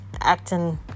acting